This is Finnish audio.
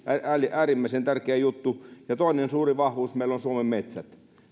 äärimmäisen tärkeä juttu ja toinen suuri vahvuus meillä on suomen metsät